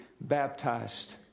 baptized